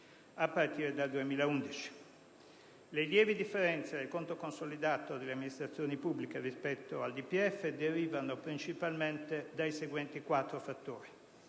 a partire dal 2011. Le lievi differenze del conto consolidato delle amministrazioni pubbliche rispetto al DPEF derivano principalmente dai seguenti quattro fattori: